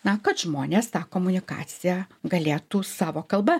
na kad žmonės tą komunikaciją galėtų savo kalba